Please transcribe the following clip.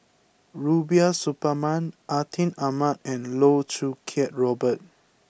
Rubiah Suparman Atin Amat and Loh Choo Kiat Robert